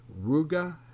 Ruga